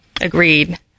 Agreed